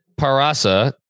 Parasa